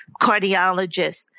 cardiologist